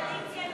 ההצעה